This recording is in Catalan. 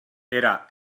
era